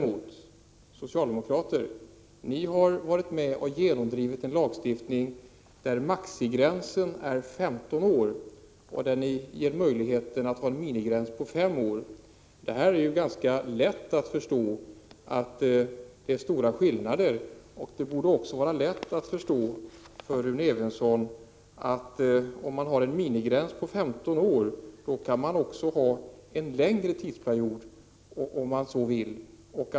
Ni socialdemokrater har varit med om att genomdriva en lagstiftning där maximigränsen är 15 år och med möjlighet till en minimigräns på 5 år. Det är ganska lätt att förstå att skillnaden är stor. Det borde också vara lätt för Rune Evensson att förstå att om man har en minimigräns på 15 år, kan genomförandetiden göras ännu längre om man så vill.